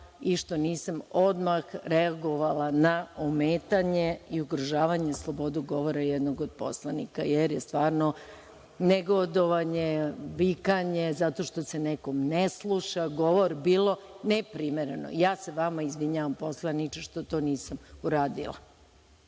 i što nisam odmah reagovala na ometanje i ugrožavanje slobode govora jednog od poslanika, jer je stvarno negodovanje, vikanje, zato što se nekom ne sluša govor, bilo je neprimereno. Ja se vama izvinjavam, poslaniče, što to nisam uradila. Ako